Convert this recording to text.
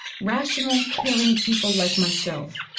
rational, caring people like myself,